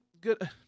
Good